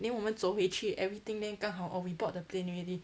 then 我们走回去 everything 刚好哦 we board the plane already